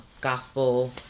gospel